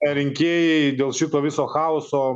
rinkėjai dėl šito viso chaoso